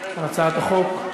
הצעת החוק.